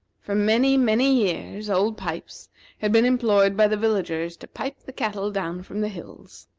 for many, many years, old pipes had been employed by the villagers to pipe the cattle down from the hills.